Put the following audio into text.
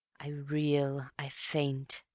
i reel, i faint